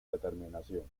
determinación